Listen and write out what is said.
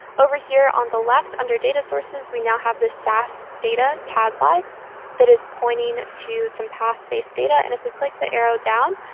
over here on the left, under data sources, we now have the sas data cas lib that is pointing to some path-based data. and if we click the arrow down,